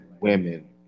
women